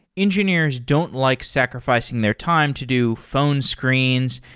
engineers don't like sacrificing their time to do phone screens,